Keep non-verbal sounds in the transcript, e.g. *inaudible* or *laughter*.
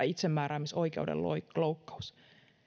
*unintelligible* itsemääräämisoikeuden loukkaus loukkaus